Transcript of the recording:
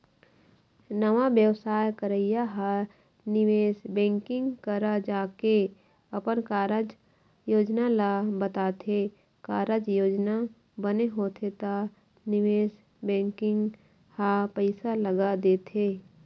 नवा बेवसाय करइया ह निवेश बेंकिग करा जाके अपन कारज योजना ल बताथे, कारज योजना बने होथे त निवेश बेंकिग ह पइसा लगा देथे